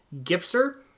Gipster